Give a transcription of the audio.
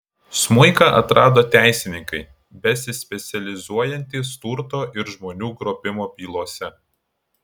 smuiką atrado teisininkai besispecializuojantys turto ir žmonių grobimo bylose